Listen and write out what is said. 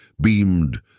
beamed